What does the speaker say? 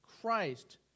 Christ